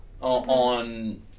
on